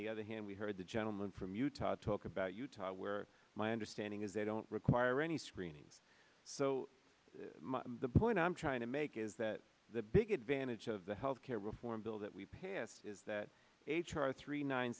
the other hand we heard the gentleman from utah talk about utah where my understanding is they don't require any screening so the point i'm trying to make is that the big advantage of the health care reform bill that we passed is that h r three nine